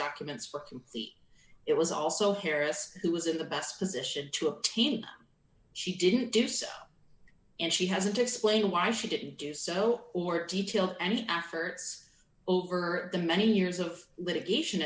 complete it was also harris who was in the best position to obtain she didn't do so and she hasn't explained why she didn't do so or detail any efforts over the many years of litigation